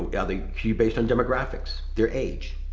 yeah they based on demographics, their age,